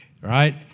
right